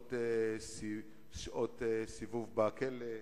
שעות סיבוב בכלא,